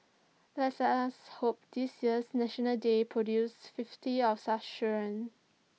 let's us hope this year's National Day produces fifty of such children